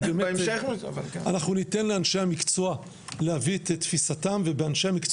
אנחנו ניתן לאנשי המקצוע להביא את תפיסתם ובאנשי המקצוע